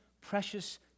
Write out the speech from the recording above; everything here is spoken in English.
precious